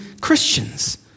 Christians